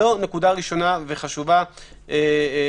זו נקודה ראשונה וחשובה ומרכזית,